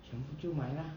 什么就买 lah